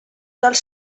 dels